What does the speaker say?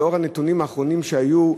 לנוכח הנתונים האחרונים שהיו,